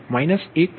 402 1